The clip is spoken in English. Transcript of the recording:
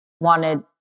wanted